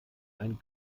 einen